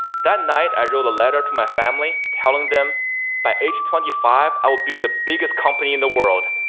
that night i wrote a letter to my family telling them by age twenty five, i will build the biggest company in the world,